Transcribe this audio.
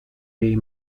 jej